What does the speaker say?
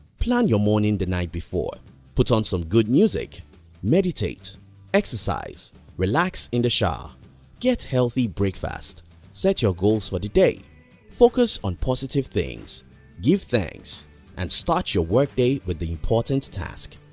plan your morning the night before put on some good music meditate exercise relax in the shower get healthy breakfast set your goals for the day focus on positive things give thanks and start your workday with the important task